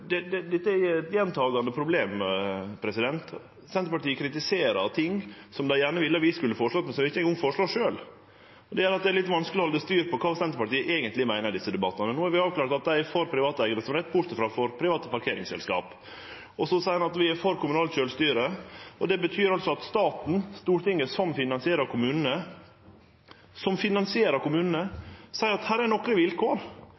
denne innstillinga. Dette er eit gjentakande problem – Senterpartiet kritiserer ting og vil gjerne at vi skal kome med forslag, men dei har ikkje noko forslag sjølv. Det gjer at det er litt vanskeleg å halde styr på kva Senterpartiet eigentleg meiner i desse debattane. No har vi avklart at dei er for privat eigedomsrett, bortsett frå for private parkeringsselskap. Så seier dei at dei er for kommunalt sjølvstyre. Men det betyr at staten, Stortinget, som finansierer kommunane, seier at her er nokre vilkår: